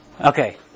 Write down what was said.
Okay